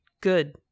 good